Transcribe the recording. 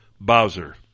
Bowser